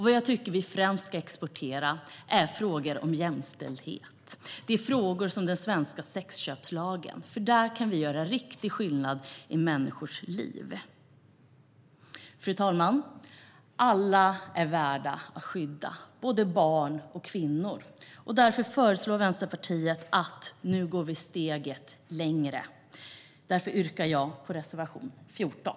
Vad jag tycker att vi främst ska exportera är frågor om jämställdhet, frågor som den svenska sexköpslagen, för där kan vi göra riktig skillnad i människors liv. Fru talman! Alla är värda att skyddas, både barn och kvinnor. Därför föreslår Vänsterpartiet att vi nu ska gå ett steg längre. Därför yrkar jag bifall till reservation 14.